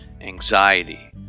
anxiety